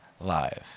Live